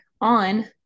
on